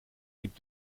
riep